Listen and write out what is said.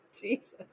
Jesus